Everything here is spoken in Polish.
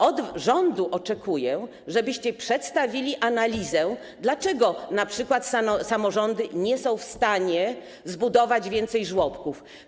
Od rządu oczekuję, żeby przedstawił analizę, dlaczego np. samorządy nie są w stanie zbudować więcej żłobków.